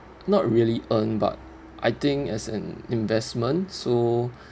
not really earn but I think as an investment so